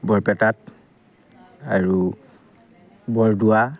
বৰপেটাত আৰু বৰদোৱা